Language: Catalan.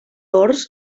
dors